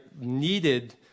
needed